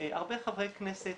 הרבה חברי כנסת